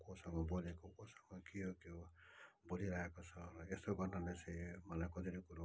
कोसँग बोलेको कोसँग के हो के हो बोलिरहेको छ यस्तो गर्नाले चाहिँ मलाई कतिवटा कुरो